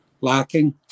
lacking